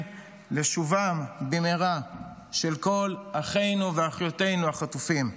לשובם במהרה של כל אחינו ואחיותינו החטופים.